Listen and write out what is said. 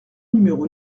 numéro